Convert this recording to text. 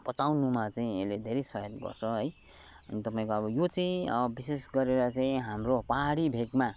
पचाउनुमा चाहिँ यसले धेरै सहयोग गर्छ है अनि तपाईँको अब यो चाहिँ विशेष गरेर चाहिँ हाम्रो पाहाडी भेगमा